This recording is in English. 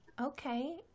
Okay